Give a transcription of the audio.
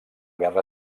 guerra